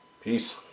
Peace